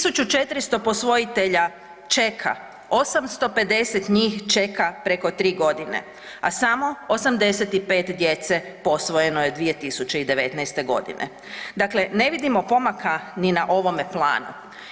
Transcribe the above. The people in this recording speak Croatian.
1400 posvojitelja čeka, 850 njih čeka preko 3 godine, a samo 85 djece posvojeno je 2019. g., dakle ne vidimo pomaka ni na ovome planu.